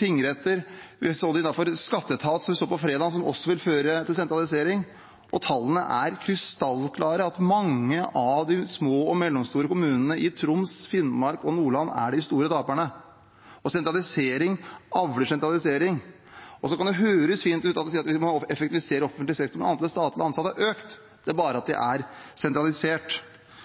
tingretter eller skatteetat – som vi så på fredag også vil føre til sentralisering. Tallene er krystallklare: Mange av de små og mellomstore kommunene i Troms, Finnmark og Nordland er de store taperne. Sentralisering avler sentralisering. Det kan høres fint ut å si at vi må effektivisere offentlig sektor, men antallet statlig ansatte har økt, det er bare at de er sentralisert.